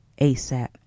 ASAP